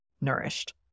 nourished